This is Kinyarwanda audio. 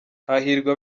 hahirwa